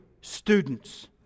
students